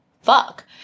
fuck